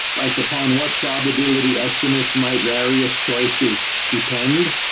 like upon what probability estimates might various choices depend,